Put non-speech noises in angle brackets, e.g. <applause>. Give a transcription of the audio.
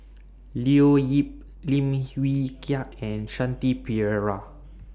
Leo Yip Lim <noise> Wee Kiak and Shanti Pereira